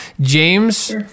James